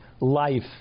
life